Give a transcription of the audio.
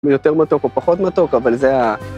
‫יותר מתוק או פחות מתוק, אבל זה...